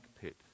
pit